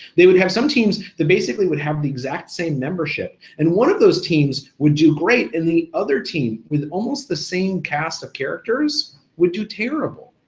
they would have some teams that basically would have the exact same membership, and one of those teams would do great, and the other team with almost the same cast of characters would do terrible.